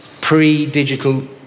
pre-digital